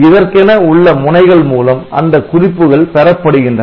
இதற்கென உள்ள முனைகள் மூலம் அந்தக் குறிப்புகள் பெறப்படுகின்றன